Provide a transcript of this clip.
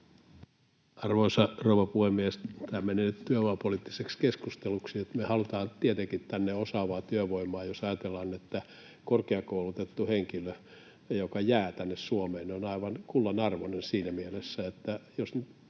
Arvoisa rouva puhemies! Tämä menee nyt työvoimapoliittiseksi keskusteluksi. Me halutaan tietenkin tänne osaavaa työvoimaa. Jos ajatellaan, että korkeakoulutettu henkilö, joka jää tänne Suomeen, on aivan kullanarvoinen siinä mielessä, että...